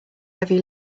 heavy